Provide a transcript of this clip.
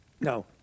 no